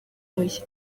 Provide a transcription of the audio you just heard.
oya